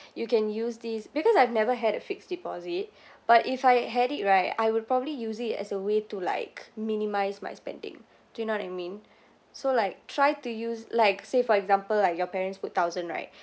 you can use these because I've never had a fixed deposit but if I had it right I would probably use it as a way to like minimize my spending do you know what I mean so like try to use like say for example like your parents put thousand right